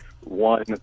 one